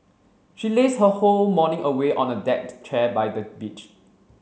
she lazed her whole morning away on a deck chair by the beach